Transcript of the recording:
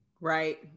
Right